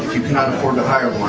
cannot afford to hire